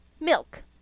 Milk